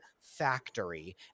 factory